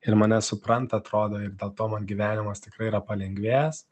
ir mane supranta atrodo ir dėl to man gyvenimas tikrai yra palengvėjęs